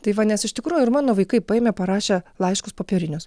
tai va nes iš tikrųjų ir mano vaikai paėmė parašė laiškus popierinius